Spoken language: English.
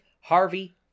Harvey